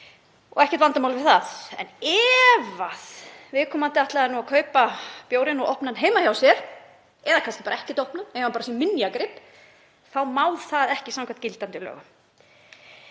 og ekkert vandamál með það. En ef viðkomandi ætlaði að kaupa bjórinn og opna hann heima hjá sér eða opna hann kannski bara ekkert, eiga hann sem minjagrip, þá má það ekki samkvæmt gildandi lögum.